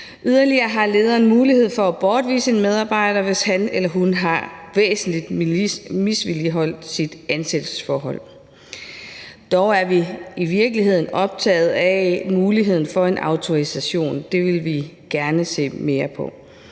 Yderligere har lederen mulighed for at bortvise en medarbejder, hvis han eller hun væsentligt har misligholdt sit ansættelsesforhold. Dog er vi i virkeligheden optaget af muligheden for en autorisation. Det vil vi gerne se mere på.